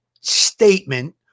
statement